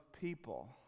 people